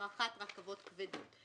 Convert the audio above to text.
- רכבות כבדות.